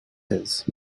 his